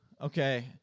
Okay